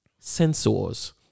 sensors